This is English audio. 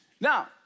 Now